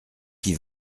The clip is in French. qui